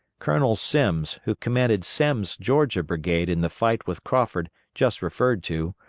colonel simms, who commanded semmes' georgia brigade in the fight with crawford just referred to,